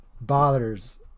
bothers